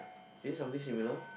is it something similar